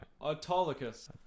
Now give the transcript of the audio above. autolycus